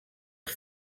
els